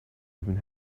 even